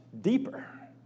deeper